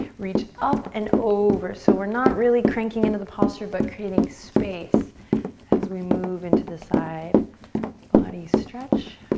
reach up and over. so we're not really cranking into the posture but creating space as we move into the side body stretch.